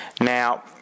Now